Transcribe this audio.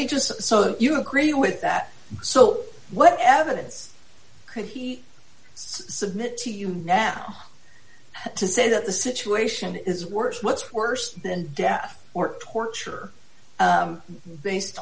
me just so you agree with that so what evidence could he submit to you now to say that the situation is worse what's worse than death or torture based